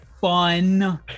fun